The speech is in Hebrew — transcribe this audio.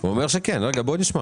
הוא אומר שכן, בואו נשמע.